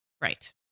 Right